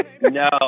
No